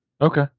Okay